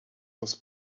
was